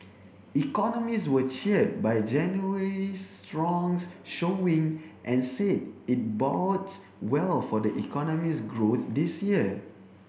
economists were cheered by January's strong showing and said it bodes well for the economy's growth this year